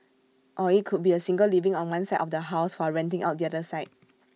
or IT could be A single living on one side of the house while renting out the other side